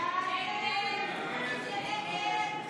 הסתייגות 34 לא נתקבלה.